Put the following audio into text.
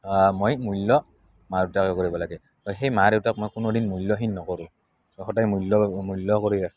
মই মূল্য মা দেউতাকে কৰিব লাগে তো সেই মা দেউতাক মই কোনোদিন মূল্যহীন নকৰোঁ ছ' সদায় মূল্য মূল্য কৰি ৰাখিম